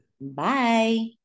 Bye